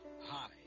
Hi